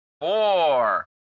four